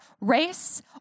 race